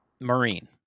Marine